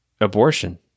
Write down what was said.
abortion